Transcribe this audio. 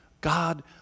God